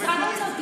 משרד האוצר.